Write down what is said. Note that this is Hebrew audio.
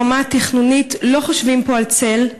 ברמה התכנונית לא חושבים פה על צל,